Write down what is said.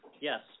Yes